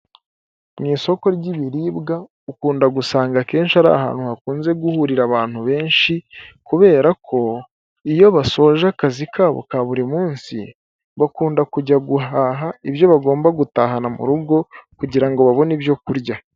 Mu isoko ry'ibiribwa ukunda gusanga akenshi ari ahantu hakunze guhurira abantu benshi, kubera ko iyo basoje akazi kabo ka buri munsi, bakunda kujya guhaha ibyo bagomba gutahana mu rugo, kugira babone ibyo kurya.